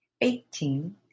eighteen